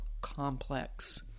complex